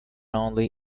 only